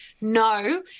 No